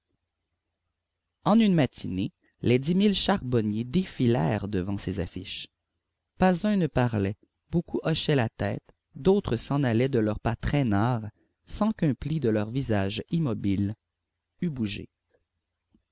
en une matinée les dix mille charbonniers défilèrent devant ces affiches pas un ne parlait beaucoup hochaient la tête d'autres s'en allaient de leur pas traînard sans qu'un pli de leur visage immobile eût bougé